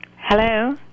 Hello